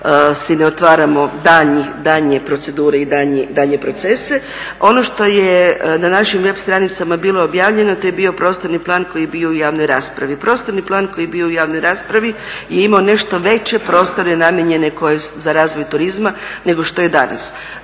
si ne otvaramo daljnje procedure i daljnje procese. Ono što je na našim web stranicama bilo objavljeno, to je bio prostorni plan koji je bio u javnoj raspravi. Prostorni plan koji je bio u javnoj raspravi je imao nešto veće prostore namijenjene za razvoj turizma nego što je danas.